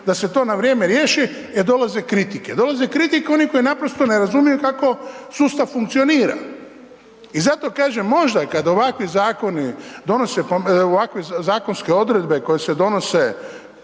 da se to na vrijeme riješi e dolaze kritike. Dolaze kritike onih koji naprosto ne razumiju kako sustav funkcionira. I zato kažem možda kad ovakvi zakoni donose, ovakve zakonske odredbe koje se donose